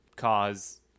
cause